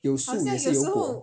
有树也是有果